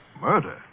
Murder